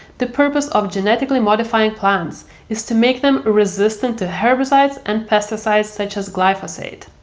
the purpose of genetically modifying plants is to make them resistant to herbicides and pesticides such as glyphosate.